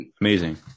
Amazing